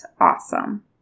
awesome